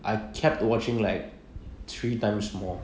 I kept watching like three times more